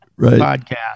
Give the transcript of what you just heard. podcast